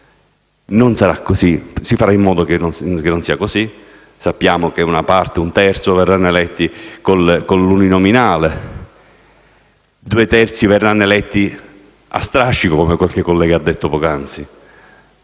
ingegnerie si farà in modo che non sia così. Sappiamo infatti che un terzo verranno eletti con l'uninominale, due terzi verranno eletti a strascico, come qualche collega ha detto poc'anzi.